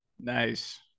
Nice